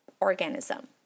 organism